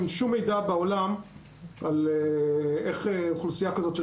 אין שום מידע בעולם על איך אוכלוסייה כזאת של